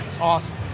Awesome